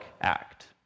act